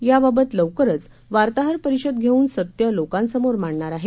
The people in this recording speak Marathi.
याबाबतलवकरचवार्ताहरपरिषदघेऊनसत्यलोकांसमोरमांडणारआहे